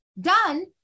Done